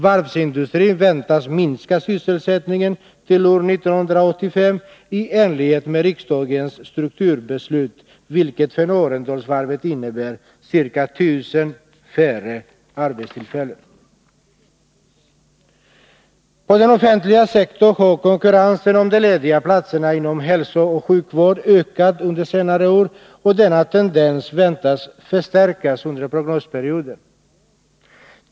Varvsindustrin väntas minska sysselsättningen till år 1985 i enlighet med riksdagens strukturbeslut, vilket för Arendalsvarvet innebär ca 1 000 färre arbetstillfällen. På den offentliga sektorn har konkurrensen om de lediga platserna inom hälsooch sjukvård ökat under senare år, och denna tendens väntas bli förstärkt under prognosperioden.